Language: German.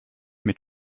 mit